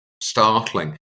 startling